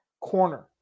Corner